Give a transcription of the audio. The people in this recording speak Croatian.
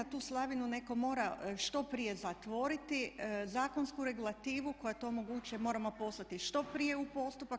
Tu slavinu netko mora što prije zatvoriti, zakonsku regulativu koja to omogućuje moramo poslati što prije u postupak.